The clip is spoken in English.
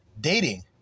dating